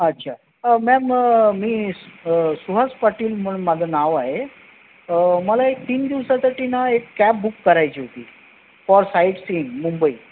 अच्छा मॅम मी सुहास पाटील म्हणून माझं नाव आहे मला एक तीन दिवसासाठी ना एक कॅब बुक करायची होती फॉर साइट सीन मुंबई